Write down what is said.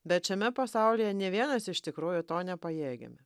bet šiame pasaulyje ne vienas iš tikrųjų to nepajėgiam